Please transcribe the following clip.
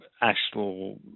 actual